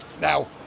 Now